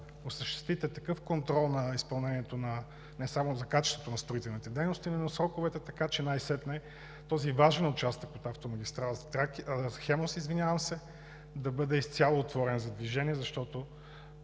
осъществите контрол по изпълнението не само на качеството на строителните дейности, но и на сроковете, така че най-сетне този важен участък от автомагистрала „Хемус“ да бъде изцяло отворен за движение, защото